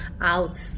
out